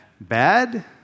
bad